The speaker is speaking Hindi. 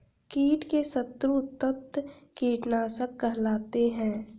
कीट के शत्रु तत्व कीटनाशक कहलाते हैं